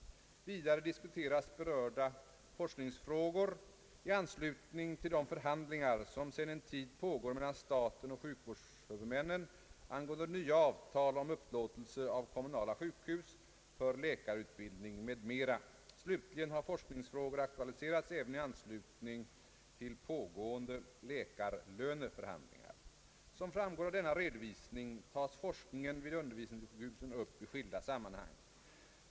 Vidare diskuteras berörda forskningsfrågor i anslutning till de förhandlingar som sedan en tid pågår mellan staten och sjukvårdshuvudmännen angående nya avtal om upplåtelse av kommunala sjukhus för läkarutbildning m.m. Slutligen har forskningsfrågor aktualiserats även i anslutning till pågående läkarlöneförhandlingar. Som framgår av denna redovisning tas forskningen vid undervisningssjukhusen upp i skilda sammanhang.